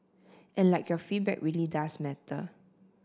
and like your feedback really does matter